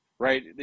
Right